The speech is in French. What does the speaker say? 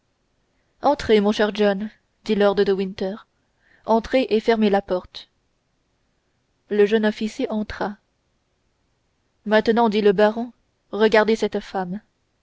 entrez mon cher john dit lord de winter entrez et fermez la porte le jeune officier entra maintenant dit le baron regardez cette femme